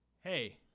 hey